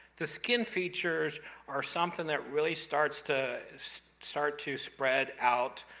the skin features are something that really starts to start to spread out.